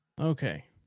Okay